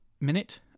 minute